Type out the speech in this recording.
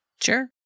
Sure